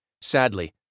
Sadly